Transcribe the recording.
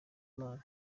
mana